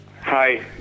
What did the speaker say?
Hi